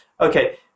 okay